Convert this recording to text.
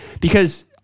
because-